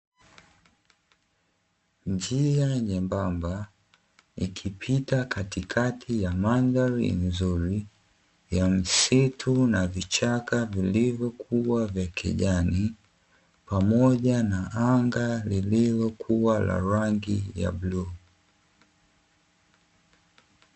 Njia nyembamba ikipita katikati ya mandhari nzuri ya msitu na vichaka vilivyokua vya kijani, pamoja na anga lililokuwa la rangi ya bluu.